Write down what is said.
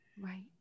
Right